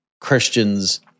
Christians